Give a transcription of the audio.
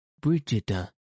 Brigida